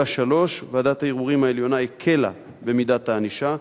3. ועדת הערעורים העליונה הקלה במידת הענישה,